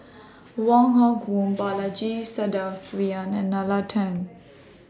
Wong Hock Boon Balaji Sadasivan and Nalla Tan